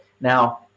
now